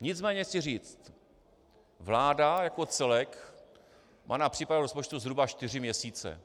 Nicméně chci říct, vláda jako celek má na přípravu rozpočtu zhruba čtyři měsíce.